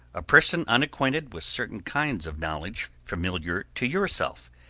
a person unacquainted with certain kinds of knowledge familiar to yourself,